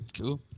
Cool